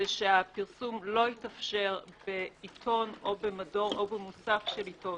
שהפרסום לא יתאפשר בעיתון או במדור או במוסף של עיתון